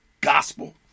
gospel